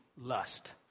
lust